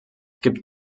gibt